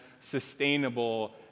sustainable